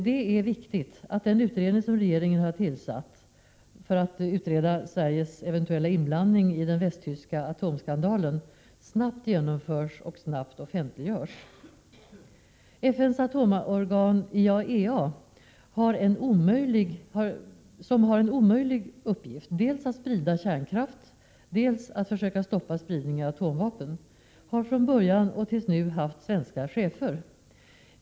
Det är viktigt att den utredning som regeringen har tillsatt för att utreda Sveriges eventuella inblandning i den Västtyska atomskandalen arbetar snabbt och att resultatet av utredningen snabbt offentliggörs. FN:s atomorgan i IAEA, som har den omöjliga uppgiften att dels sprida kärnkraft, dels försöka stoppa spridningen av atomvapen, har ända från början och fram till nu haft svenska chefer.